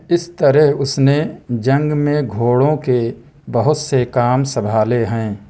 اس طرح اس نے جنگ میں گھوڑوں کے بہت سے کام سنبھالے ہیں